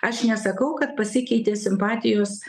aš nesakau kad pasikeitė simpatijos